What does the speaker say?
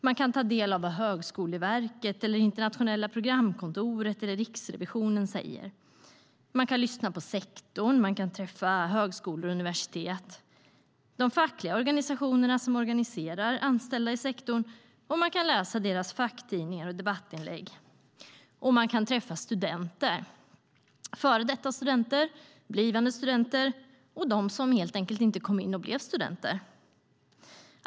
Man kan ta del av vad Högskoleverket, Internationella programkontoret eller Riksrevisionen säger. Man kan lyssna på sektorn, träffa högskolor och universitet, de fackliga organisationerna som organiserar anställda i sektorn och man kan läsa deras facktidningar och debattinlägg. Och man kan träffa studenter, före detta studenter, blivande studenter och de som helt enkelt inte kom in och blev studenter.